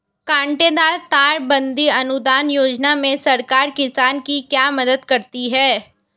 कांटेदार तार बंदी अनुदान योजना में सरकार किसान की क्या मदद करती है?